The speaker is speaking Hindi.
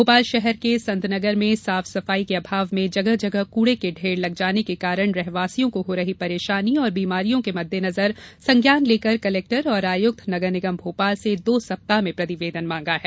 भोपाल शहर के संतनगर में साफ सफाई के अभाव में जगह जगह कूड़े के ढेर लग जाने के कारण रहवासियों को हो रही परेशानी और बीमारियों के मद्देनजर संज्ञान लेकर कलेक्टर एवं आयुक्त नगर निगम भोपाल से दो सप्ताह में प्रतिवेदन मांगा गया है